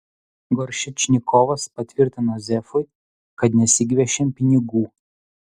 goršečnikovas patvirtino zefui kad nesigviešėm pinigų